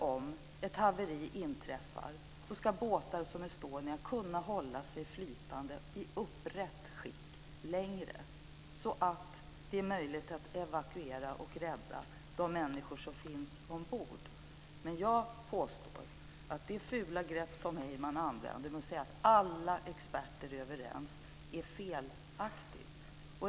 Om ett haveri inträffar ska båtar som Estonia kunna hålla sig flytande i upprätt skick längre, så att det är möjligt att evakuera och rädda de människor som finns ombord. Jag påstår att det är felaktigt när Tom Heyman använder det fula greppet att säga att alla experter är överens.